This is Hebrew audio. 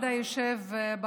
נמשיך,